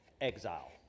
Exile